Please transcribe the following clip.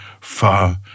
far